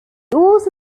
also